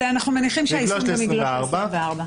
אנחנו מניחים שהיישום גם יגלוש ל-24'.